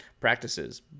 practices